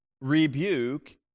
rebuke